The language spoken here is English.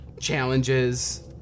challenges